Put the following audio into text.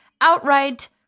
outright